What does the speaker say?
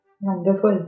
Wonderful